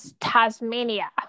Tasmania